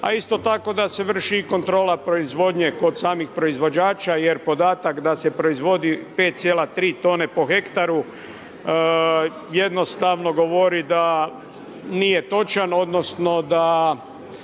a isto tako da se vrši i kontrola proizvodnje kod samih proizvođača, jer podatak da se proizvodi 5,3 tone po hektaru, jednostavno govori da nije točan odnosno, da